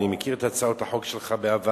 אני מכיר את הצעות החוק שלך בעבר,